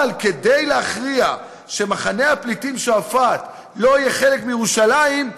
אבל כדי להכריע שמחנה הפליטים שועפאט לא יהיה חלק מירושלים,